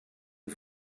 and